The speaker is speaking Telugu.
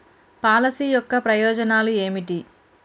పాలసీ యొక్క ప్రయోజనాలు ఏమిటి?